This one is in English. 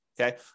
Okay